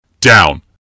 Down